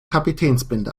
kapitänsbinde